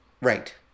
Right